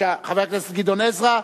חבר הכנסת גדעון עזרא,